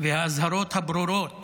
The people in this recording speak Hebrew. והאזהרות הברורות